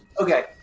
Okay